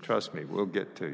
trust me we'll get to